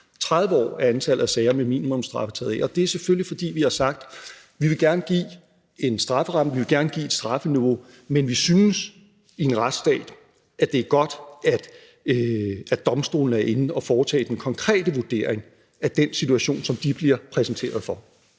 30 år, er antallet af sager med minimumsstraffe taget af, og det er selvfølgelig, fordi vi har sagt, at vi gerne vil give en strafferamme og et strafniveau, men vi synes, at det i en retsstat er godt, at domstolene er inde og foretage den konkrete vurdering af den situation, som de bliver præsenteret for.